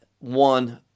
one